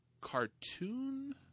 cartoon